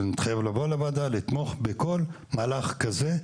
אבל אני מתחייב לבוא לוועדה ולתמוך בכל מהלך כזה,